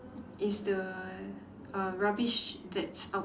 is the uh rubbish that's out